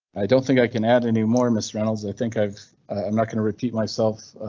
i don't think i can add anymore miss reynolds. i think i've i'm not going to repeat myself.